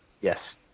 Yes